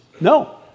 No